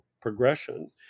progression